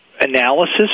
analysis